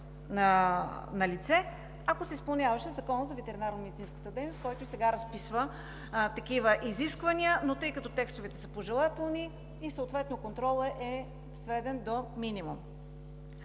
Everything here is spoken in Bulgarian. налице, ако се изпълняваше Законът за ветеринарномедицинската дейност, който и сега разписва такива изисквания – тъй като текстовете са пожелателни и съответно контролът е сведен до минимум.